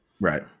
Right